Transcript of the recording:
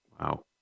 wow